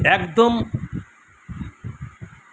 একদম